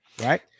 right